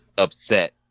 upset